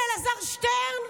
לאלעזר שטרן,